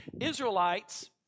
Israelites